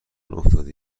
افتادی